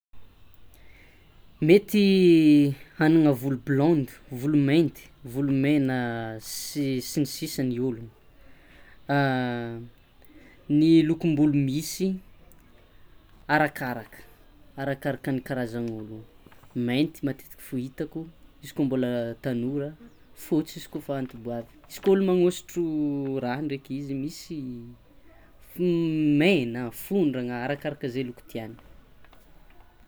Mety hagnana volo blonde, volo mainty, volo mena sy ny sisa ny ologno ny lokombolo misy arakaraka arakaraka ny karazan'ologno, mainty matetiky foitako izy koa mbola tanora, fôtsy izy kôfa anti-bavy misy koa ologno magnosotro raha ndreky izy izy misy mena, fondrana arakaraka ze loko tiagny.